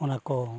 ᱚᱱᱟ ᱠᱚ